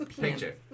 Picture